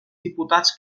diputats